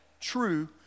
true